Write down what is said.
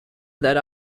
that